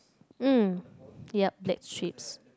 uh yup black ships